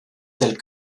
tels